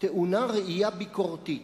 טעונה ראייה ביקורתית.